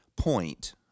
point